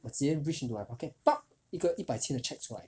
我直接 reach into my pocket 一个一百千的 cheque 出来